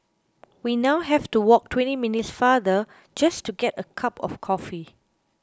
we now have to walk twenty minutes farther just to get a cup of coffee